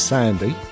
Sandy